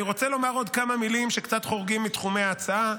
אני רוצה לומר עוד כמה מילים שקצת חורגות מתחומי ההצעה,